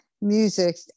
music